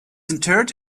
interred